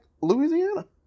Louisiana